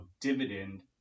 dividend